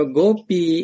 gopi